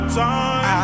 time